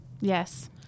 Yes